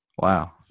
Wow